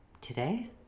today